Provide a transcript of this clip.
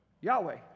Yahweh